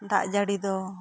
ᱫᱟᱜ ᱡᱟᱹᱲᱤ ᱫᱚ